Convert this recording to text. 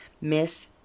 Miss